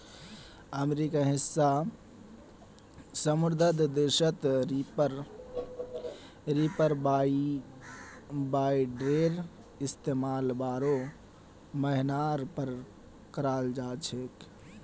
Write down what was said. अमेरिकार हिस्सा समृद्ध देशत रीपर बाइंडरेर इस्तमाल बोरो पैमानार पर कराल जा छेक